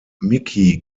micky